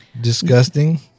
disgusting